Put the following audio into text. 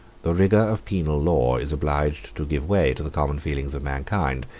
the rigor of penal law is obliged to give way to the common feelings of mankind.